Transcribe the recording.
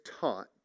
taught